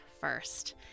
first